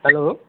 hello